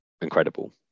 incredible